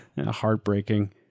heartbreaking